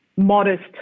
Modest